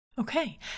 okay